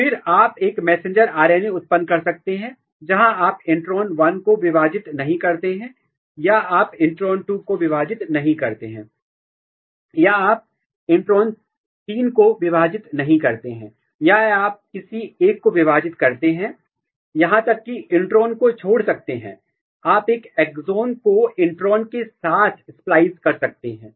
फिर आप एक मैसेंजर आरएनए उत्पन्न कर सकते हैं जहां आप इंट्रॉन 1 को विभाजित नहीं करते हैं या आप इंट्रो 2 को विभाजित नहीं करते हैं या आप इंट्रो 3 को विभाजित नहीं करते हैं या आप किसी एक को विभाजन करते हैं यहां तक कि इंट्रॉन को छोड़ सकते हैं आप इस एक्सॉन को इंट्रॉन के साथ splice कर सकते हैं